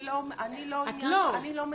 אני לא מדיניות.